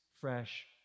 fresh